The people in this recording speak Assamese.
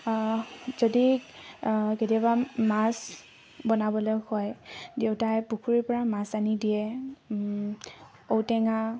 যদি কেতিয়াবা মাছ বনাবলৈ হয় দেউতাই পুখুৰীৰ পৰা মাছ আনি দিয়ে ঔটেঙা